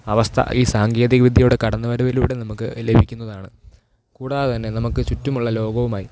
അവസ്ഥ ഈ സാങ്കേതികവിദ്യയുടെ കടന്നു വരവിലൂടെ നമുക്ക് ലഭിക്കുന്നതാണ് കൂടാതെ തന്നെ നമുക്ക് ചുറ്റുമുള്ള ലോകവുമായി